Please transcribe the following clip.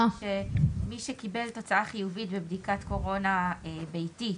שמי שקיבל תוצאה חיובית בבדיקת קורונה ביתית